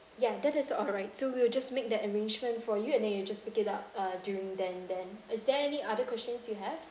ya that is all right so we will just make that arrangement for you and then you just pick it up uh during then then is there any other questions you have